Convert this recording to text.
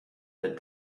that